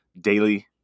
daily